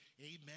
Amen